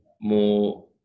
more